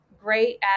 great